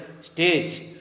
stage